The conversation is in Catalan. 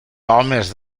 homes